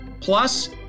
Plus